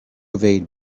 evade